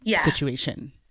situation